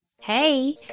hey